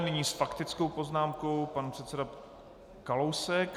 Nyní s faktickou poznámkou pan předseda Kalousek.